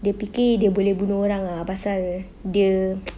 dia fikir dia boleh bunuh orang ah pasal dia